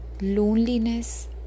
loneliness